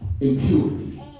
impurity